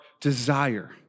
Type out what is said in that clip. desire